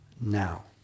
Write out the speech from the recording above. now